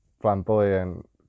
flamboyant